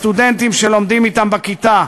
הסטודנטים שלומדים אתם בכיתה,